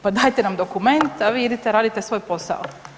Pa dajte nam dokument, a vi idite radite svoj posao.